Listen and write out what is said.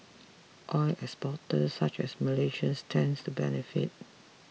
oil exporters such as Malaysia stand to benefit